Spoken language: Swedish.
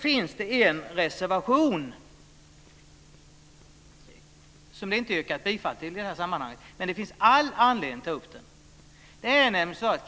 Det finns en reservation som det inte har yrkats bifall till men som det finns all anledning att ta upp.